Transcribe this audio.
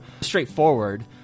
straightforward